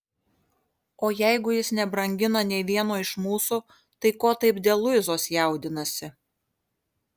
o jeigu jis nebrangina nė vieno iš mūsų tai ko taip dėl luizos jaudinasi